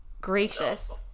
gracious